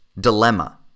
dilemma